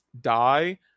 die